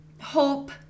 hope